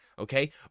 Okay